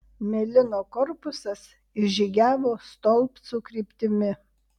melino korpusas išžygiavo stolpcų kryptimi